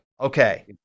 Okay